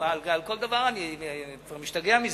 אני כבר משתגע מזה.